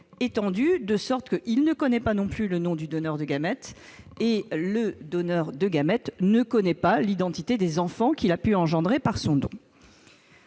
étendu, de sorte qu'il ne connaît pas non plus le nom du donneur de gamètes, tout comme ce dernier ne connaît pas l'identité des enfants qu'il a pu engendrer par son don.